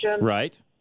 Right